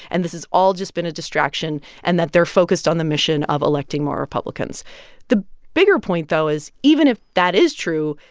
and this has all just been a distraction and that they're focused on the mission of electing more republicans the bigger point, though, is even if that is true,